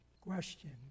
question